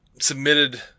submitted